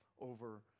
over